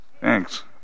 Thanks